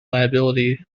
liability